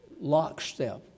lockstep